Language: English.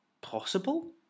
possible